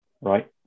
right